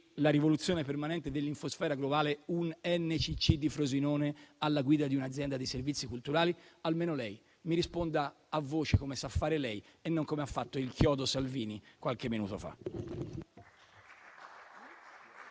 la rivoluzione permanente dell'infosfera globale un NCC di Frosinone alla guida di un'azienda dei servizi culturali? Almeno lei mi risponda a voce, come sa fare lei, e non come ha fatto il "chiodo Salvini" qualche minuto fa.